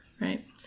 Right